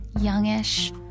youngish